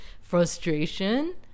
frustration